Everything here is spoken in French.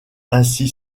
ainsi